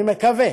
אני מקווה